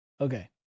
Okay